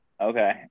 Okay